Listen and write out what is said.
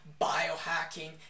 biohacking